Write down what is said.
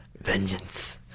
Vengeance